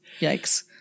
Yikes